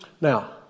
Now